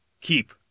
keep